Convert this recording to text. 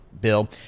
bill